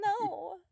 no